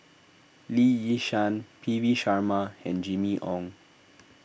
Lee Yi Shyan P V Sharma and Jimmy Ong